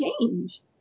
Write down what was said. change